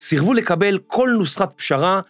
סירבו לקבל כל נוסחת פשרה.